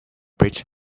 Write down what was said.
bridge